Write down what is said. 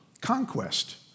Conquest